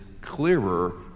clearer